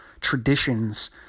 traditions